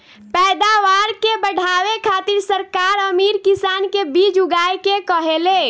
पैदावार के बढ़ावे खातिर सरकार अमीर किसान के बीज उगाए के कहेले